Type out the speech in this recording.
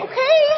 Okay